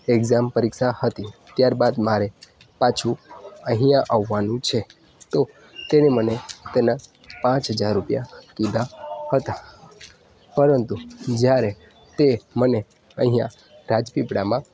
exam પરીક્ષા હતી ત્યારબાદ મારે પાછું અહીંયા આવવાનું છે તો તેણે મને તેના પાંચ હજાર રૂપિયા કીધા હતા પરંતુ જ્યારે તે મને અહીંયા રાજપીપળામાં